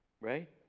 Right